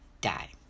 die